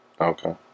Okay